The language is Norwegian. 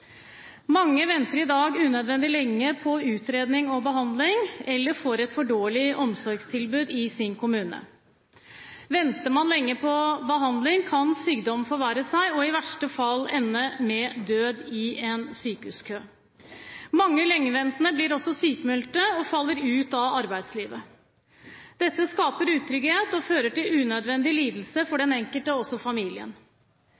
Mange venter i dag unødvendig lenge på utredning og behandling eller får et for dårlig omsorgstilbud i sin kommune. Venter man lenge på behandling, kan sykdom forverre seg og i verste fall ende med død i en sykehuskø. Mange lengeventende blir også sykmeldte og faller ut av arbeidslivet. Dette skaper utrygghet og fører til unødvendig lidelse for